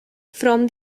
from